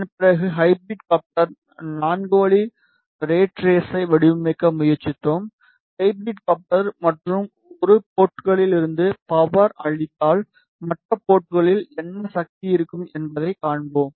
அதன் பிறகு hybrid coupler 4 வழி ரேட் ரேஸை வடிவமைக்க முயற்சித்தோம் ஹைப்ரிட் கப்ளர் மற்றும் ஒரு போர்ட்களிலிருந்து பவர் அளித்தால் மற்ற போர்ட்களில் என்ன சக்தி இருக்கும் என்பதைக் காண்போம்